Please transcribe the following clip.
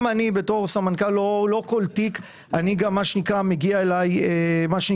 גם אני כסמנכ"ל לא כל תיק מגיע אלי אישית.